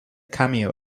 cameo